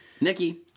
Nikki